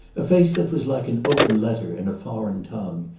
a face that was like an open letter in a foreign tongue.